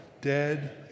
dead